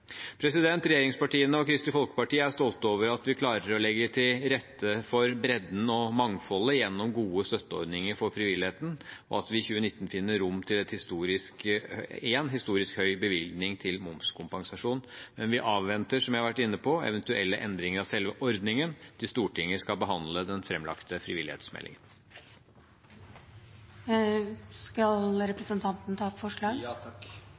Regjeringspartiene og Kristelig Folkeparti er stolte over at vi klarer å legge til rette for bredden og mangfoldet gjennom gode støtteordninger for frivilligheten, og at vi i 2019 finner rom til en historisk høy bevilgning til momskompensasjon. Men vi avventer, som jeg har vært inne på, eventuelle endringer av selve ordningen til Stortinget skal behandle den